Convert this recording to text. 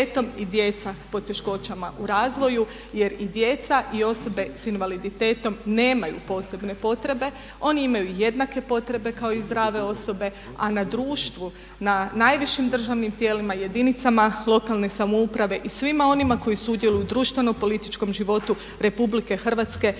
i djeca s poteškoćama u razvoju jer i djeca i osobe sa invaliditetom nemaju posebne potrebe. Oni imaju jednake potrebe kao i zdrave osobe, a na društvu, na najvišim državnim tijelima jedinicama lokalne samouprave i svima onima koji sudjeluju u društveno-političkom životu Republike Hrvatske